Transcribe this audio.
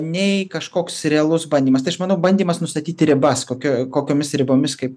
nei kažkoks realus bandymas tai aš manau bandymas nustatyti ribas kokio kokiomis ribomis kaip